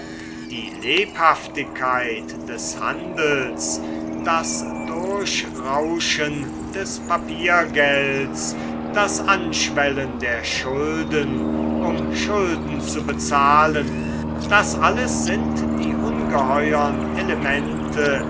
die lebhaftigkeit des handels das durchrauschen des papiergelds das anschwellen der schulden um schulden zu bezahlen das alles sind die ungeheuern elemente